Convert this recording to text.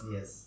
Yes